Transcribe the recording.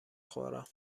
خورم